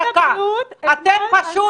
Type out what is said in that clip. אתמול עשיתי בדיקה.